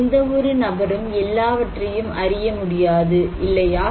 எந்தவொரு நபரும் எல்லாவற்றையும் அறிய முடியாது இல்லையா